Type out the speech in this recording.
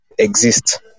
exist